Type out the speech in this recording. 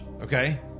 Okay